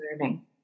learning